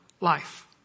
life